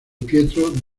pietro